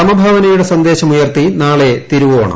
സമഭാവനയുടെ സന്ദേശമുയർത്തി നാളെ തിരുവോണം